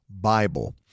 Bible